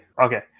Okay